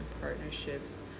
partnerships